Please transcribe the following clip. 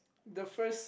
the first